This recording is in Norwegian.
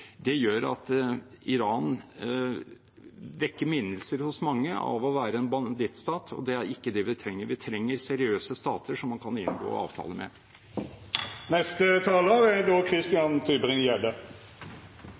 gjør at Iran vekker minnelser hos mange av å være en bandittstat, og det er ikke det vi trenger; vi trenger seriøse stater som man kan inngå avtale med.